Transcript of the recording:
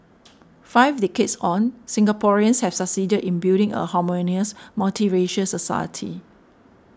five decades on Singaporeans have succeeded in building a harmonious multiracial society